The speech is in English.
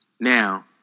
Now